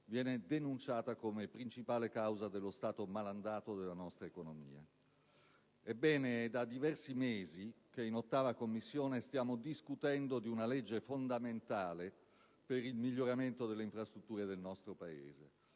viene denunciata come principale causa dello stato malandato della nostra economia. Ebbene, da diversi mesi in 8a Commissione stiamo discutendo una legge fondamentale per il miglioramento delle infrastrutture del nostro Paese.